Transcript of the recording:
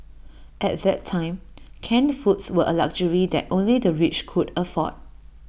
at that time canned foods were A luxury that only the rich could afford